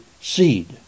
seed